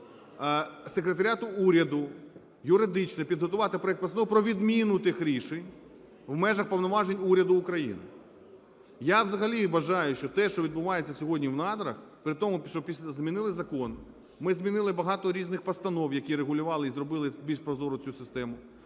Секретаріату уряду юридично підготувати проект постанови про відміну тих рішень в межах повноважень уряду України. Я взагалі вважаю, що те, що відбувається сьогодні в "Надрах", при тому, що змінили закон, ми змінили багато різних постанов, які регулювали, і зробили більш прозорою цю систему.